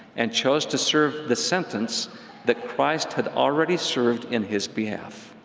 and chose to serve the sentence that christ had already served in his behalf.